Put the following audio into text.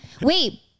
Wait